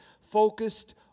Focused